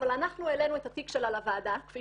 אבל אנחנו העלינו את התיק שלה לוועדה כפי